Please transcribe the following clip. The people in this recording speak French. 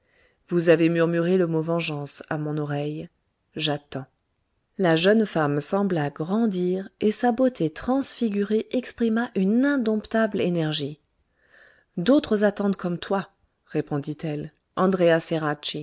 vous avez murmuré le mot vengeance à mon oreille j'attends la jeune femme sembla grandir et sa beauté transfigurée exprima une indomptable énergie d'autres attendent comme toi répondit-elle andréa